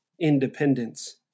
independence